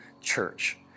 church